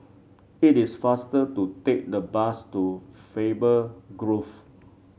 it is faster to take the bus to Faber Grove